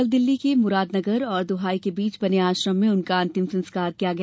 कल दिल्ली के मुरादनगर और दुहाई के बीच बने आश्रम में उनका अंतिम संस्कार किया गया